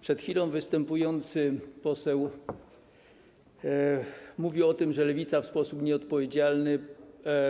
Przed chwilą występujący poseł mówił o tym, że Lewica w sposób nieodpowiedzialny